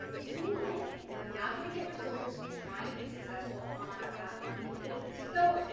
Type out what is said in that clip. do you like it? you're not gonna get results, trying to be successful, on a platform you hate. so,